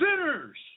sinners